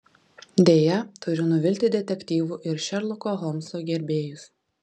deja turiu nuvilti detektyvų ir šerloko holmso gerbėjus